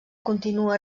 continua